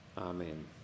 Amen